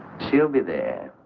she'll be there.